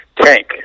tank